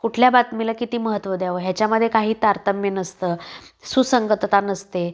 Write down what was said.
कुठल्या बातमीला किती महत्त्व द्यावं ह्याच्यामध्ये काही तारतम्य नसतं सुसंगतता नसते